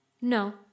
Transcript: No